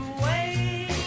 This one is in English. away